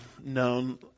known